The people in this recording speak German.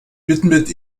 widmet